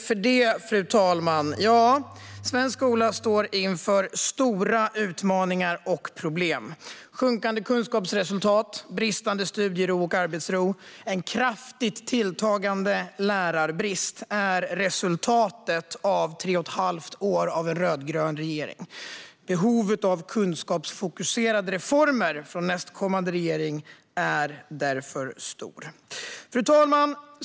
Fru talman! Svensk skola står inför stora utmaningar och problem. Sjunkande studieresultat, bristande studiero och arbetsro och en kraftigt tilltagande lärarbrist är resultatet av tre och ett halvt år med rödgrön regering. Behovet av kunskapsfokuserade reformer från nästkommande regering är därför stort. Fru talman!